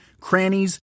crannies